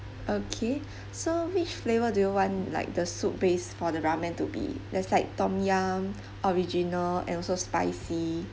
okay so which flavour do you want like the soup base for the ramen to be there's like tom yum original and also spicy